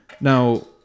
now